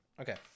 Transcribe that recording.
Okay